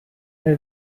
her